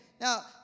Now